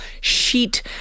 sheet